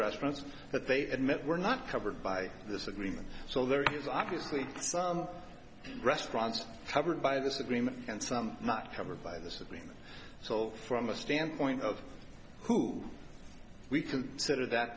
restaurants that they admit were not covered by this agreement so there is obviously some restaurants covered by this agreement and some not covered by this agreement so from a standpoint of who we can set or that